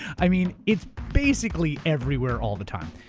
i mean it's basically everywhere all the time.